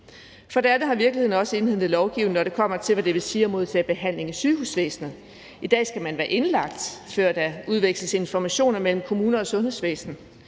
Derudover har virkeligheden også indhentet lovgivningen, når det kommer til, hvad det vil sige at modtage behandling i sygehusvæsenet. I dag skal man være indlagt, før der udveksles informationer mellem kommune og sundhedsvæsen.